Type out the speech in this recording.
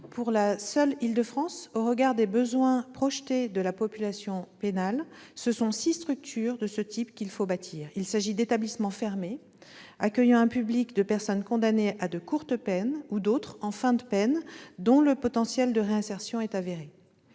Pour la seule Île-de-France, au regard des besoins projetés de la population pénale, ce sont six structures de ce type qu'il faut bâtir. Il s'agit d'établissements fermés, accueillant un public de personnes condamnées à de courtes peines ou d'autres, en fin de peine, dont le potentiel de réinsertion est avéré.